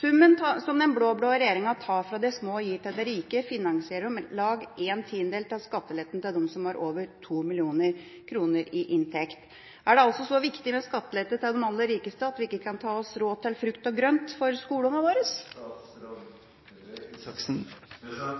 Summen som den blå-blå regjeringa tar fra de små og gir til de rike, finansierer om lag en tiendedel av skatteletten til dem som har over 2 mill. kr i inntekt. Er det så viktig med skattelette til de aller rikeste at vi ikke kan ta oss råd til frukt og grønt for skoleungene våre?